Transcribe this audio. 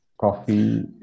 coffee